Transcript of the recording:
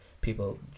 people